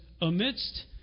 amidst